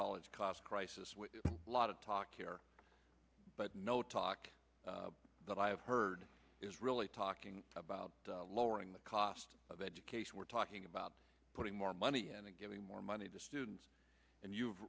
college cost crisis with a lot of talk here but no talk that i've heard is really talking about lowering the cost of education we're talking about putting more money into giving more money to students and you've